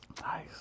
Nice